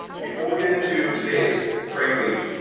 before we get into today's, frankly,